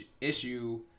issue